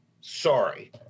Sorry